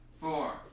four